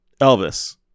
Elvis